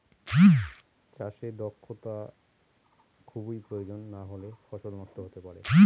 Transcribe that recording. চাষে দক্ষটা খুবই প্রয়োজন নাহলে ফসল নষ্ট হতে পারে